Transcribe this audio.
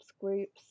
groups